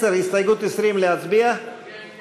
אנחנו מצביעים על סעיף 6, וכן